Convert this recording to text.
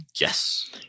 Yes